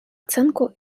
оценку